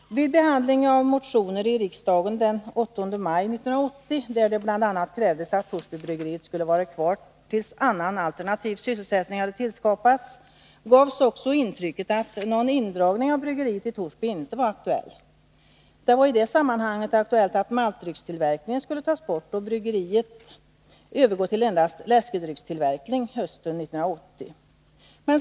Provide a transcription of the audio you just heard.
Vid behandling av motioner i riksdagen den 8 maj 1980, där det bl.a. krävdes att Torsbybryggeriet skulle vara kvar tills annan alternativ sysselsättning hade tillskapats, gavs också intrycket att någon indragning av bryggeriet i Torsby inte var aktuell. I det sammanhanget diskuterades att maltdryckstillverkningen skulle tas bort och att bryggeriet skulle övergå till endast läskedryckstillverkning hösten 1980.